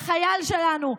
החייל שלנו,